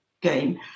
game